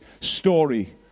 story